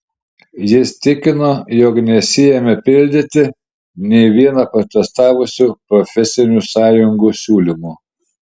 jis tikino jog nesiėmė pildyti nė vieno protestavusių profesinių sąjungų siūlymo